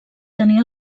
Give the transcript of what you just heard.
tenia